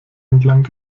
entlang